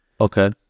Okay